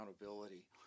accountability